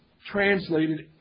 translated